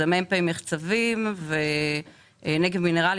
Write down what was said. זה מ"פ מחצבים ו"נגב מינרלים".